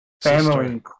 family